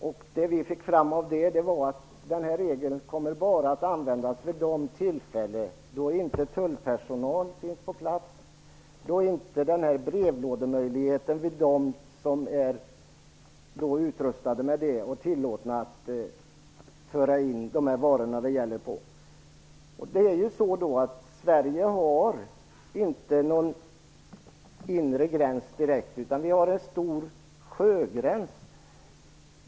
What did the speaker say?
Vad vi fick fram var att regeln bara kommer att användas vid de tillfällen då inte tullpersonal finns på plats och det inte finns tillgång till brevlåda för att anmäla införsel av de varor som det handlar om. Sverige har inte någon direkt inre gräns utan en stor sjögräns.